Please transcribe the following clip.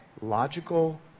logical